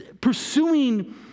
pursuing